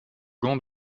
gant